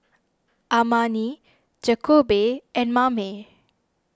Amani Jakobe and Mame